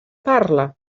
parla